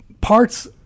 parts